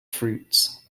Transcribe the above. fruits